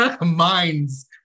minds